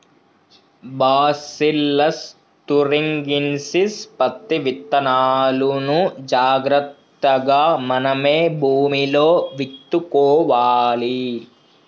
bacillus thuringiensis పత్తి విత్తనాలును జాగ్రత్తగా మనమే భూమిలో విత్తుకోవాలి